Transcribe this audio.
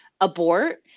abort